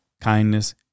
kindness